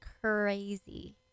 crazy